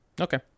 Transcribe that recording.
Okay